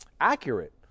accurate